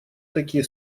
такие